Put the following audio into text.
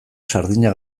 sardina